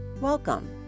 Welcome